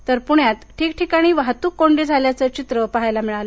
तर पूण्यात ठिकठिकाणी वाहतूक कोंडी झाल्याचं चित्र पाहायला मिळालं